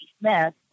Smith